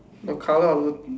the colour of the